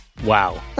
wow